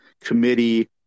Committee